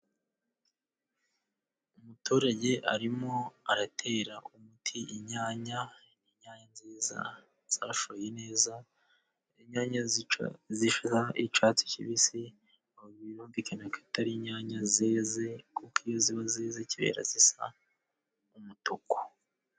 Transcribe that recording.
Umuturage arimo aratera umuti inyanya，inyanya nziza zashoye neza， inyanya zisa icyatsi kibisi， birumvikana ko atari inyanya zeze， kuko iyo ziba zeze ziba zisa umutuku.